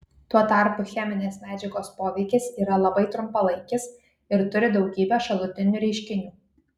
tuo tarpu cheminės medžiagos poveikis yra labai trumpalaikis ir turi daugybę šalutinių reiškinių